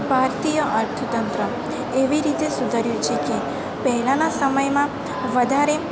ભારતીય અર્થતંત્ર એવી રીતે સુધર્યું છે કે પહેલાંનાં સમયમાં વધારે